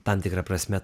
tam tikra prasme